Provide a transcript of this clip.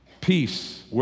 peace